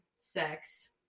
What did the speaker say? Sex